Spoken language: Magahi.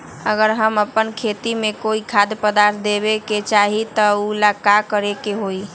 अगर हम अपना खेती में कोइ खाद्य पदार्थ देबे के चाही त वो ला का करे के होई?